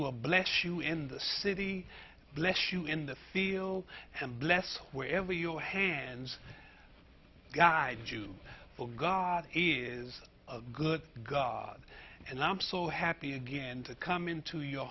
will bless you in the city bless you in the feel and bless wherever your hands guided you for god is good god and i am so happy again to come into your